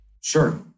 Sure